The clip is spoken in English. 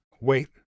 Wait